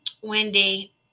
Wendy